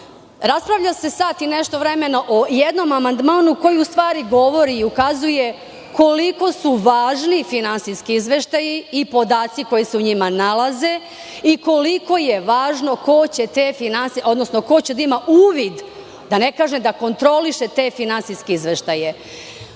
raspravlja se sat i nešto vremena o jednom amandmanu koji u stvari govori i ukazuje koliko su važni finansijski izveštaji i podaci koji se u njima nalaze i koliko je važno ko će da ima uvid, da ne kažem, da kontroliše te finansijske izveštaje. Kako